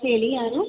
ಹೇಳಿ ಯಾರು